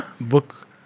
book